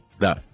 No